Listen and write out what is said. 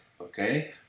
okay